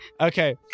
Okay